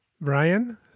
Brian